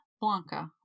blanca